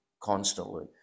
constantly